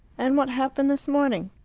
and what happened this morning?